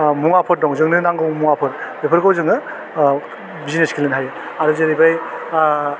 ओह मुवाफोर दं जोंनो नांगौ मुवाफोर बेफोरखौ जोङो ओह बिजनेस गेलेनो हायो आरो जेरैहाय आह